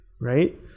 Right